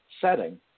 setting